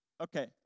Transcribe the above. Okay